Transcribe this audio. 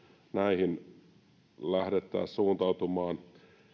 näihin lähdettäisiin suuntautumaan